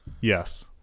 Yes